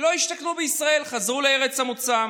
לא השתכנו בישראל, חזרו לארץ המוצא.